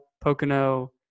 Pocono